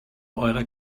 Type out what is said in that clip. eurer